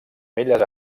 belles